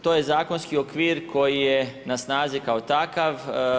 To je zakonski okvir koji je na snazi kao takav.